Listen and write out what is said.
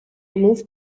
moved